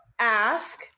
ask